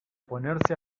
ponerse